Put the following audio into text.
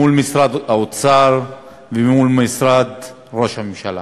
מול משרד האוצר ומול משרד ראש הממשלה.